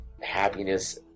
happiness